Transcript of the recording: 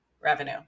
revenue